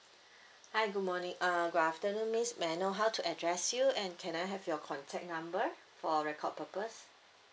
hi good morning uh good afternoon miss may I know how to address you and can I have your contact number for record purpose